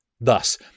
Thus